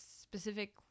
specific